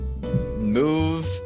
move